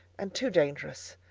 and too dangerous!